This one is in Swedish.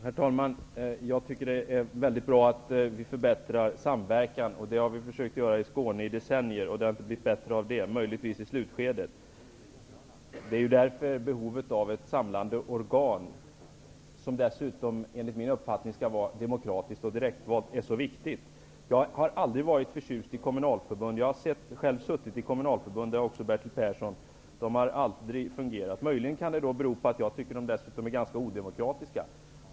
Herr talman! Det är väldigt bra att vi förbättrar samverkan, vilket vi har försökt att göra i Skåne under decennier. Men det har inte blivit bättre för det, möjligtvis kan det bli bättre i slutskedet. Det är ju därför som det är så viktigt med ett samlande organ, som dessutom -- enligt min uppfattning -- skall vara demokratiskt och direktvalt. Jag har aldrig varit förtjust i kommunalförbund, som både jag själv och Bertil Persson har suttit i. De har aldrig fungerat. Det kan möjligen bero på att de är ganska odemokratiska.